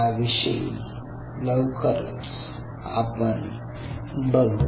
त्याविषयी लवकरच आपण बघू